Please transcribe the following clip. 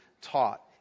taught